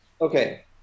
Okay